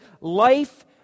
life